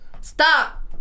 Stop